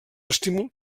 estímul